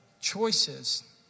choices